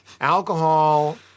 alcohol